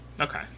Okay